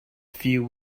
few